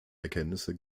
erkenntnisse